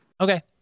okay